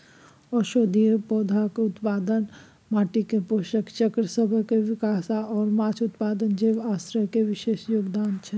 औषधीय पौधाक उत्पादन, माटिक पोषक चक्रसभक विकास आओर माछ उत्पादन जैव आश्रयक विशेष योगदान छै